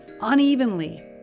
unevenly